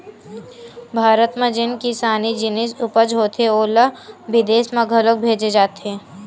भारत म जेन किसानी जिनिस उपज होथे ओला बिदेस म घलोक भेजे जाथे